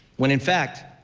when in fact,